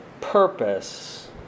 purpose